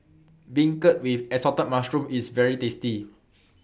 Beancurd with Assorted Mushrooms IS very tasty